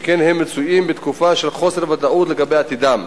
שכן הם מצויים בתקופה של חוסר ודאות לגבי עתידם.